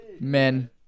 men